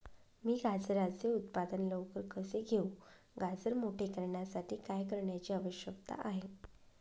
मी गाजराचे उत्पादन लवकर कसे घेऊ? गाजर मोठे करण्यासाठी काय करण्याची आवश्यकता आहे?